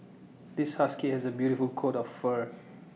this husky has A beautiful coat of fur